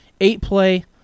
eight-play